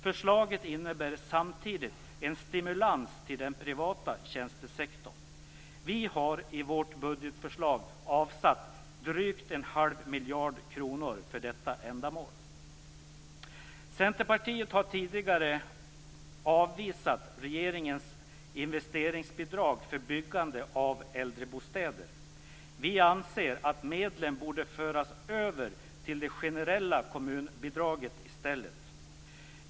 Förslaget innebär samtidigt en stimulas till den privata tjänstesektorn. Vi har i vårt budgetförslag avsatt drygt 1⁄2 miljard kronor för detta ändamål. Centerpartiet har tidigare avvisat regeringens investeringsbidrag för byggande av äldrebostäder.